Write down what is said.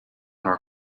her